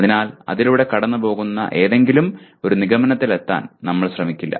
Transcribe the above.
അതിനാൽ അതിലൂടെ കടന്നുപോകുന്ന ഏതെങ്കിലും ഒരു നിഗമനത്തിലെത്താൻ നമ്മൾ ശ്രമിക്കില്ല